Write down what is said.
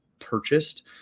purchased